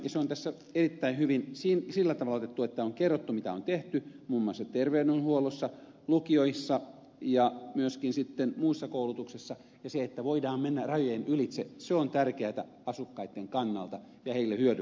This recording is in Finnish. se on tässä erittäin hyvin sillä tavalla otettu että on kerrottu mitä on tehty muun muassa terveydenhuollossa lukioissa ja myöskin sitten muissa koulutuksissa ja se että voidaan mennä rajojen ylitse on tärkeätä asukkaitten kannalta ja heille hyödyllistä